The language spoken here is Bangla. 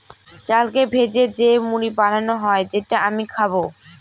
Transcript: চালকে ভেজে যে মুড়ি বানানো হয় যেটা আমি খাবো